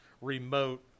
remote